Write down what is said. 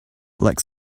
like